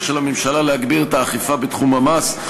של הממשלה להגביר את האכיפה בתחום המס,